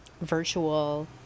virtual